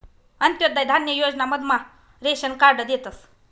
अंत्योदय धान्य योजना मधमा रेशन कार्ड देतस